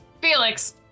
Felix